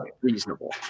reasonable